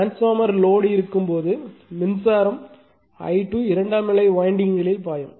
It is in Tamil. டிரான்ஸ்பார்மர் லோடு இருக்கும் போது மின்சார I2 இரண்டாம் நிலை வைண்டிங்களில் பாயும்